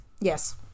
yes